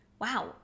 Wow